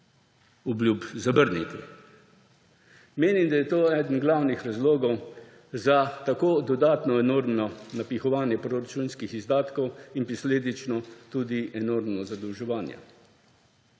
obljub zavrniti. Menim, da je to eden glavnih razlogov za dodatno enormno napihovanje proračunskih izdatkov in posledično tudi enormno zadolževanje.